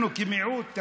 אנחנו כמיעוט,